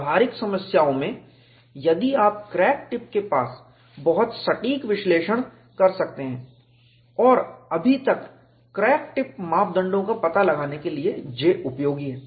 व्यावहारिक समस्याओं में यदि आप क्रैक टिप के पास बहुत सटीक विश्लेषण कर सकते हैं और अभी तक क्रैक टिप मापदंडों का पता लगाने के लिए J उपयोगी है